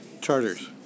charters